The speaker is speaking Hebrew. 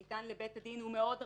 שניתן לבית הדין הוא מאוד רחב.